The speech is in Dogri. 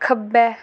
खब्बै